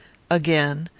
again,